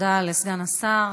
תודה לסגן השר.